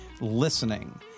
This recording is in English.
listening